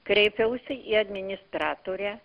kreipiausi į administratorę